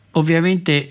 ovviamente